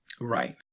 Right